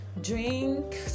Drink